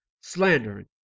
Slandering